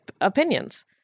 opinions